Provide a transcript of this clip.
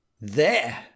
There